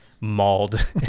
mauled